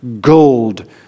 gold